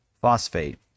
phosphate